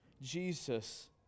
Jesus